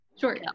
Sure